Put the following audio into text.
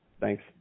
Thanks